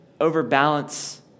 overbalance